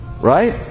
right